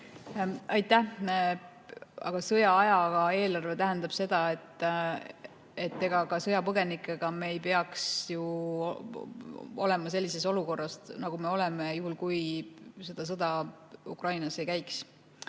Aitäh! Sõjaaja eelarve tähendab seda, et ega me sõjapõgenikega ei peaks ju olema sellises olukorras, nagu me oleme, juhul kui sõda Ukrainas ei käiks.